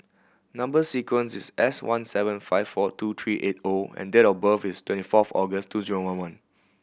number sequence is S one seven five four two three eight O and date of birth is twenty fourth August two zero one one